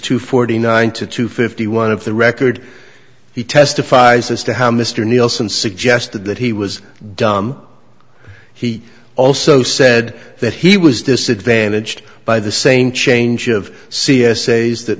two forty nine to two fifty one of the record he testifies as to how mr nielsen suggested that he was dumb he also said that he was disadvantaged by the same change of c s a's that